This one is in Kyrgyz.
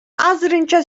азырынча